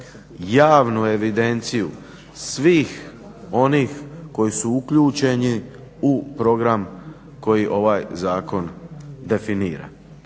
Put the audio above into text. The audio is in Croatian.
javnu evidenciju svih onih koji su uključeni u program koji ovaj zakon definira.